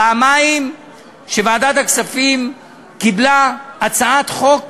פעמיים ועדת הכספים קיבלה הצעת חוק